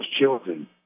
children